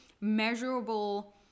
measurable